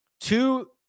two